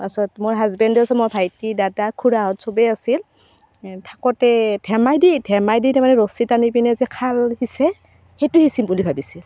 পাছত মোৰ হাজবেণ্ডো আছে মোৰ ভাইটি দাদা খুৰাহঁত চবে আছিল থাকোঁতে ঢেমাইদি ঢেমাইদি তাৰমানে ৰছী টানি পিনে যে খাল সিঁচে সেইটো সিঁচিম বুলি ভাবিছিল